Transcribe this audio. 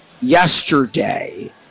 Yesterday